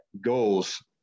goals